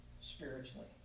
spiritually